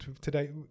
Today